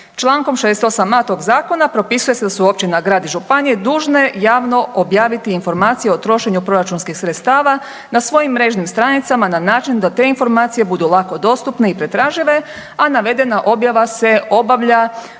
Čl. 68.a tog zakona propisuje se da su općina, grad i županije dužne javno objaviti informacije o trošenju proračunskih sredstava na svojim mrežnim stranicama na način da te informacije budu lako dostupne i pretražive, a navedena objava se obavlja